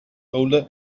older